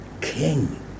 king